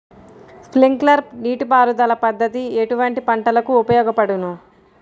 Sprinkler నీటిపారుదల పద్దతి ఎటువంటి పంటలకు ఉపయోగపడును?